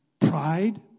pride